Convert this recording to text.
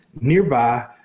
nearby